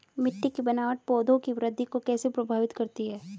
मिट्टी की बनावट पौधों की वृद्धि को कैसे प्रभावित करती है?